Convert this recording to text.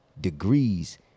degrees